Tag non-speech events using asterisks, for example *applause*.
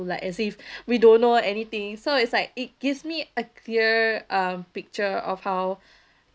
like as if *breath* we don't know anything so it's like it gives me a clear um picture of how *breath*